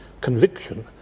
conviction